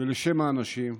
ולשם האנשים.